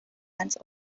ans